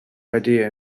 idea